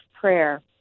prayer